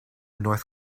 north